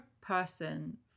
person